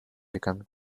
becoming